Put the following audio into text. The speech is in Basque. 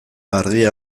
argia